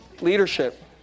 Leadership